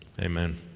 Amen